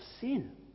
sin